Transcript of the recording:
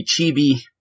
chibi